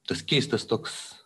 tas keistas toks